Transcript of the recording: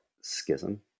schism